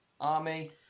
army